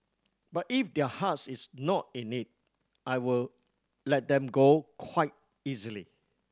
but if their heart is not in it I will let them go quite easily